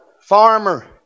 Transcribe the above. farmer